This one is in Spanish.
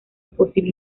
posible